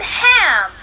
ham